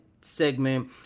segment